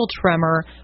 tremor